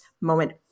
moment